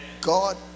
God